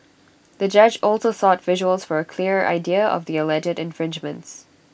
the judge also sought visuals for A clearer idea of the alleged infringements